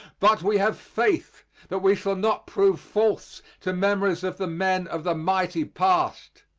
but we have faith that we shall not prove false to memories of the men of the mighty past.